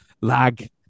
Lag